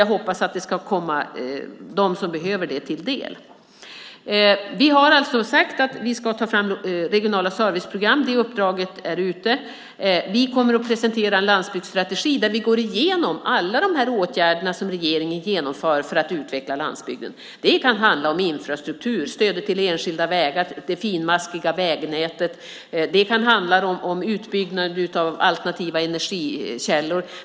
Jag hoppas att resurserna ska komma de som behöver dem till del. Vi har sagt att vi ska ta fram regionala serviceprogram. Det uppdraget har lagts ut. Vi kommer att presentera en landsbygdsstrategi där vi går igenom alla åtgärderna som regeringen genomför för att utveckla landsbygden. Det kan handla om infrastruktur, stödet till enskilda vägar och det finmaskiga vägnätet. Det kan handla om utbyggnaden av alternativa energikällor.